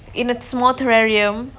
in a small terrarium